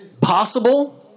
possible